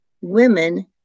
women